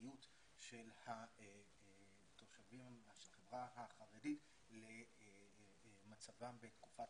והאחריותיות של התושבים בחברה החרדית למצבם בתקופת